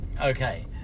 Okay